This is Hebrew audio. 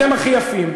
אתם הכי יפים,